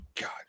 God